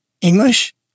English